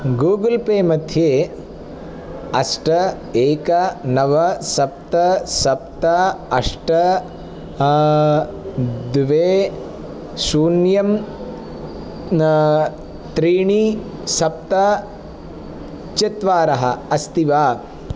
Google Pay मध्ये अष्ट एक नव सप्त सप्त अष्ट द्वे शून्यं त्रीणि सप्त चत्वारः अस्ति वा